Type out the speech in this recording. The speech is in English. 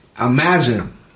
imagine